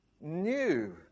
new